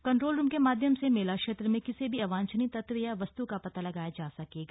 control room के माध्यम से मेला क्षेत्र में किसी भी अवांछनीय तत्व या वस्तू का पता लगाया जा सकेगा